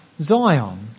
Zion